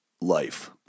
life